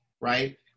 right